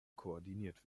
koordiniert